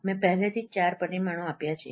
મેં પહેલેથી જ 4 પરિમાણો આપ્યા છે